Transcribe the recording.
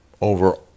over